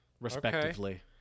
respectively